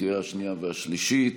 לקריאה שנייה ושלישית.